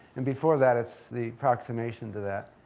and, before that, it's the approximation to that.